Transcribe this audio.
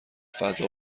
فضا